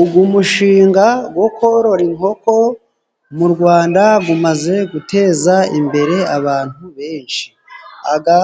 Uyu mushinga wo korora inkoko mu Rwanda umaze guteza imbere abantu benshi, aya